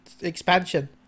expansion